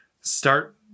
start